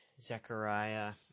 Zechariah